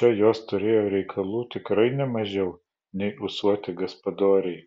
čia jos turėjo reikalų tikrai ne mažiau nei ūsuoti gaspadoriai